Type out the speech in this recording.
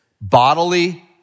bodily